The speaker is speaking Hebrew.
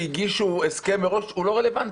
שהגישו הסכם מראש לא רלוונטי.